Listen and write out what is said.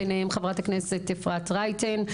ביניהם חברת הכנסת אפרת רייטן,